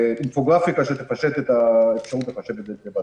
כולל אינפוגרפיקה שתפשט את האפשרות לפשט את זה.